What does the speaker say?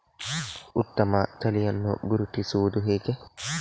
ಉತ್ತಮ ತಳಿಯನ್ನು ಗುರುತಿಸುವುದು ಹೇಗೆ?